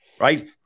Right